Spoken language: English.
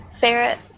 ferret